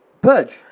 Purge